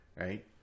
right